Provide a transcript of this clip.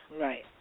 Right